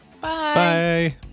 Bye